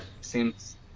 seems